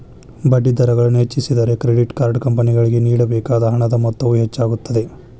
ಬಡ್ಡಿದರಗಳನ್ನು ಹೆಚ್ಚಿಸಿದರೆ, credit card ಕಂಪನಿಗಳಿಗೆ ನೇಡಬೇಕಾದ ಹಣದ ಮೊತ್ತವು ಹೆಚ್ಚಾಗುತ್ತದೆ